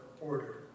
order